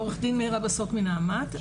עו"ד מאירה בסוק מנעמ"ת,